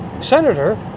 senator